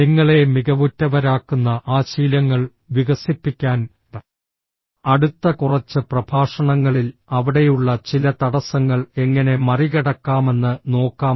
നിങ്ങളെ മികവുറ്റവരാക്കുന്ന ആ ശീലങ്ങൾ വികസിപ്പിക്കാൻ അടുത്ത കുറച്ച് പ്രഭാഷണങ്ങളിൽ അവിടെയുള്ള ചില തടസ്സങ്ങൾ എങ്ങനെ മറികടക്കാമെന്ന് നോക്കാം